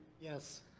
yes.